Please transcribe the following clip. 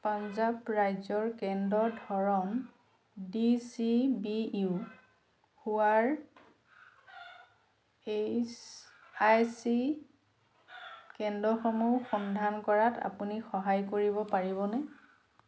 পঞ্জাৱ ৰাজ্যৰ কেন্দ্ৰৰ ধৰণ ডি চি বি ইউ হোৱাৰ এইচ আই চি কেন্দ্ৰসমূহ সন্ধান কৰাত আপুনি সহায় কৰিব পাৰিবনে